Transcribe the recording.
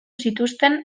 zituzten